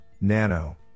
NANO